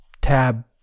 tab